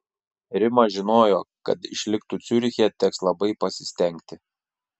rima žinojo kad išliktų ciuriche teks labai pasistengti